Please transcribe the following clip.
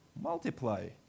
Multiply